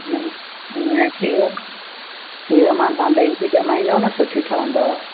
हिन हिन खीर खीर मां तव्हां ॾही बि जमाईंदव न सुठी ठवंदव